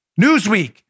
Newsweek